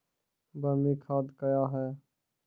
बरमी खाद कया हैं?